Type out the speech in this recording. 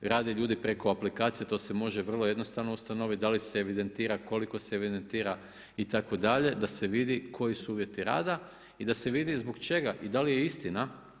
Rade ljudi preko aplikacije to se može vrlo jednostavno ustanoviti, da li se evidentira koliko se evidentira itd., da se vidi koji su uvjeti rada i da se vidi zbog čega i da li je istina.